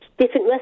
different